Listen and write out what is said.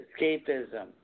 escapism